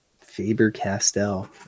Faber-Castell